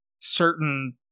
certain